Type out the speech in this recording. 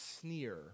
sneer